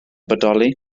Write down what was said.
bodoli